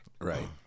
Right